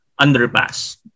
underpass